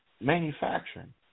Manufacturing